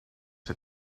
had